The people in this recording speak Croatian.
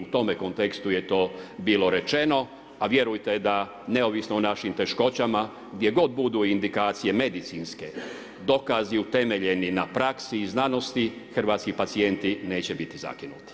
U tome kontekstu je to bilo rečeno a vjerujte da neovisno o našim teškoćama, gdje god budu indikacije medicinske, dokazi utemeljeni na praksi i znanosti, hrvatski pacijenti neće biti zakinuti.